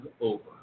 over